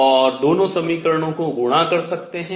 और दोनों समीकरणों को गुणा कर सकते हैं